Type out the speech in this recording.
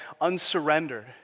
unsurrendered